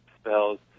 spells